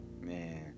Man